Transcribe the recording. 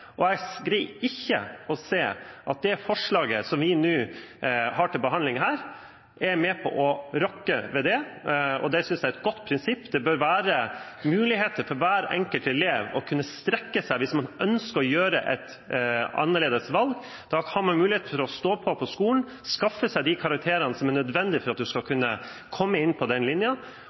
og jeg greier ikke å se at det forslaget som vi nå har til behandling her, er med på å rokke ved det. Jeg synes det er et godt prinsipp. Det bør være muligheter for hver enkelt elev til å kunne strekke seg hvis man ønsker å gjøre et annerledes valg. Da kan man ha mulighet for å stå på på skolen, skaffe seg de karakterene som er nødvendig for å kunne komme inn på den linja,